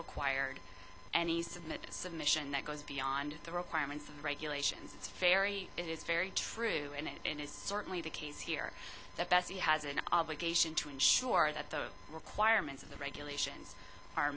required any submitted submission that goes beyond the requirements of the regulations it's very it is very true and it is certainly the case here that bessie has an obligation to ensure that the requirements of the regulations are